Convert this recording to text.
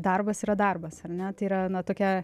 darbas yra darbas ar ne tai yra tokia